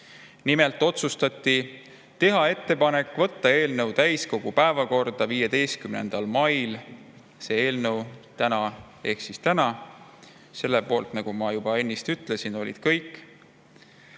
Nimelt otsustati teha ettepanek võtta eelnõu täiskogu päevakorda 15. mail ehk siis täna. Selle poolt, nagu ma juba ennist ütlesin, olid kõik.